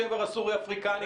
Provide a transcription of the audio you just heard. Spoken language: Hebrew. השבר הסורי-אפריקאי,